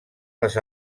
les